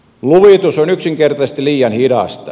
luvitus on yksinkertaisesti liian hidasta